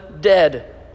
dead